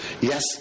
yes